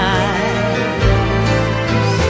eyes